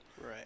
right